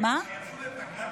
הם כבר יצאו לפגרה?